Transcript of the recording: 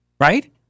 Right